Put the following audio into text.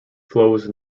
flows